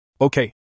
Okay